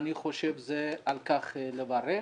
אני חושב שעל כך צריך לברך.